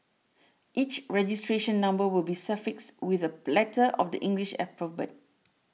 each registration number will be suffixed with a letter of the English alphabet